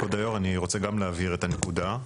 כבוד היו"ר, אני רוצה גם להבהיר את הנקודה.